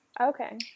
Okay